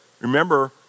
remember